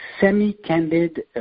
semi-candid